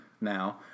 now